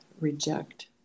reject